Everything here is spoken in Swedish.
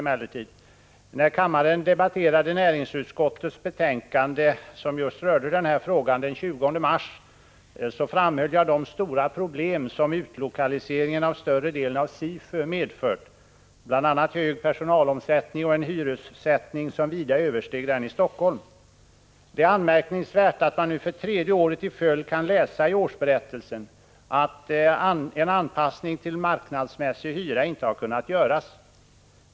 När kammaren den 20 mars debatterade näringsutskottets betänkande som just berörde den här frågan, framhöll jag de stora problem som utlokaliseringen av större delen av SIFU medfört, bl.a. stor personalomsättning och en hyressättning som vida överstiger den i Helsingfors. Det är anmärkningsvärt att man nu för tredje året i följd kan läsa i årsberättelsen att en anpassning till marknadsmässiga hyror inte kunnat göras.